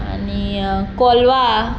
आनी कोलवा